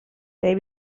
they